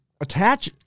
Attach